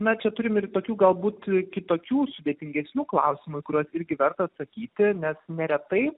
mes čia turim ir tokių galbūt kitokių sudėtingesnių klausimų kuriuos irgi verta atsakyti nes neretai